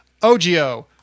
OGO